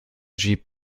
jeep